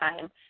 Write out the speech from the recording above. time